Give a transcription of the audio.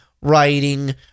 writing